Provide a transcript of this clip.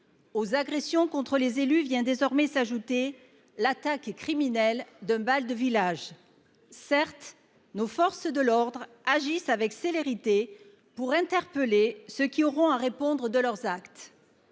Aux agressions contre les élus vient désormais s’ajouter l’attaque criminelle d’un bal de village. Certes, nos forces de l’ordre agissent avec célérité pour interpeller ceux qui auront à répondre de leurs actes,